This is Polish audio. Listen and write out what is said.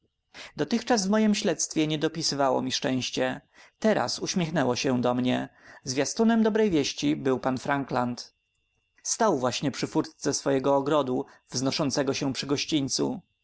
dotychczas w mojem śledztwie nie dopisywało mi szczęście teraz uśmiechnęło się do mnie zwiastunem dobrej wieści był pan frankland stał właśnie przy furtce swego ogrodu wznoszącego się przy gościńcu